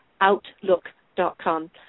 outlook.com